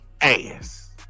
ass